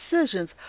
decisions